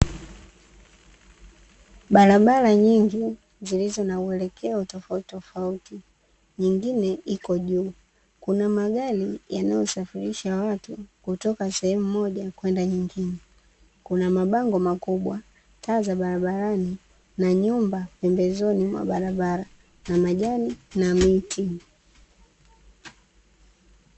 Barabara nyingi zilizo na uelekeo tofautitofauti, nyingine iko juu kuna magari yanayosafirisha watu kutoka sehemu moja kwenda nyingine. kuna mabango makubwa, taa za barabarani na nyumba pembezoni mwa barabara na majani na miti.